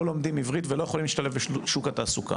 לומדים עברית ולא יכולים להשתלב בשוק התעסוקה.